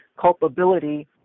culpability